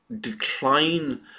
decline